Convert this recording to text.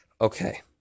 okay